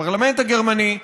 הפרלמנט הגרמני,